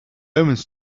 omens